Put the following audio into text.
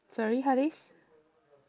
sorry haris